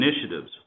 initiatives